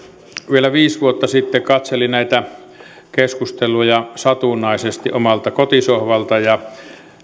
vielä viisi vuotta sitten katselin näitä keskusteluja satunnaisesti omalta kotisohvalta ja